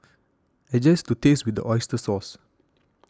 adjust to taste with the Oyster Sauce